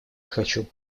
хочу